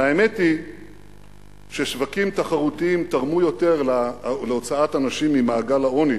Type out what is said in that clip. והאמת היא ששווקים תחרותיים תרמו להוצאת אנשים ממעגל העוני